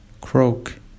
croak